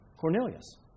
Cornelius